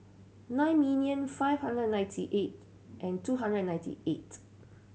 nine million five hundred and ninety eight and two hundred and ninety eight